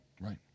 Right